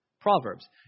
Proverbs